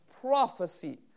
prophecy